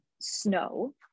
snow